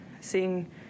seeing